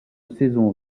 saison